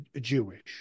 Jewish